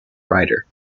writer